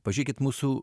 pažiūrėkit mūsų